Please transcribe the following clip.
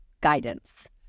guidance